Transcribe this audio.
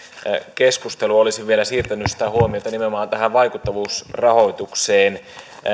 keskustelua olisin vielä siirtänyt sitä huomiota nimenomaan tähän vaikuttavuusrahoitukseen